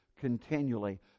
continually